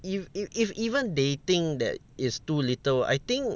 if if if even they think that it's too little I think